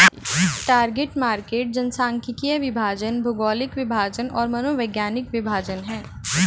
target market जनसांख्यिकीय विभाजन, भौगोलिक विभाजन और मनोवैज्ञानिक विभाजन हैं